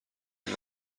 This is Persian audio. اون